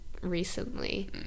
recently